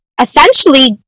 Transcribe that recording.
essentially